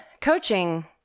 coaching